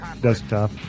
desktop